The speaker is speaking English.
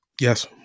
Yes